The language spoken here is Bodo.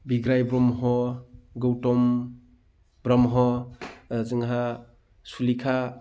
बिग्राय ब्रह्म गौतम ब्रह्म जोंहा सुलेखा